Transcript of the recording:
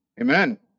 Amen